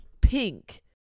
pink